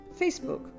Facebook